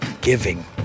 giving